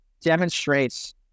demonstrates